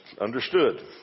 understood